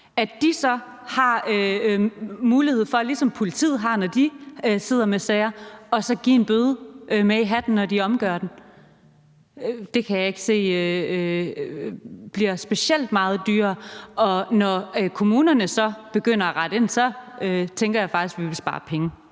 At de så har mulighed for – ligesom politiet har, når de sidder med sager – at give en bøde med i hatten, når de omgør den, kan jeg ikke se bliver specielt meget dyrere. Og når kommunerne så begynder at rette ind, tænker jeg faktisk vi vil spare penge.